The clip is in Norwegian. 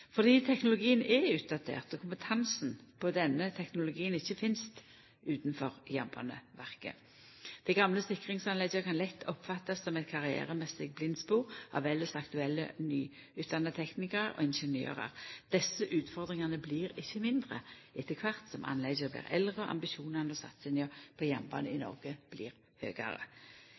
fordi teknologien er utdatert og kompetansen på denne teknologien ikkje finst utanfor Jernbaneverket. Dei gamle sikringsanlegga kan lett bli oppfatta som eit karrieremessig blindspor av elles aktuelle nyutdanna teknikarar og ingeniørar. Desse utfordringane blir ikkje mindre etter kvart som anlegga blir eldre og ambisjonane og satsinga på jernbanen i Noreg høgare.